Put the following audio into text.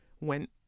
went